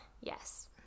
Yes